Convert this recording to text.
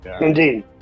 Indeed